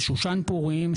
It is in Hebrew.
ושושן פורים,